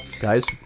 Guys